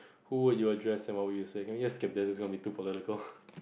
who were you address and what will you say can we just skip it it is going to be too political